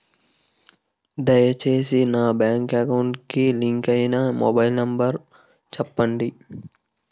దయచేసి నా bank account కి లింక్ అయినా మొబైల్ నంబర్ చెప్పండి